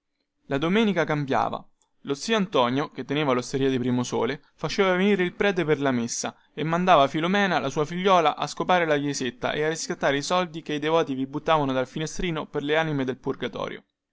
la domenica cambiava lo zio antonio che teneva losteria di primosole faceva venire il prete per la messa e mandava filomena la sua figliuola a scopare la chiesetta e a raccattare i soldi che i devoti vi buttavano dentro dal finestrino per le anime del purgatorio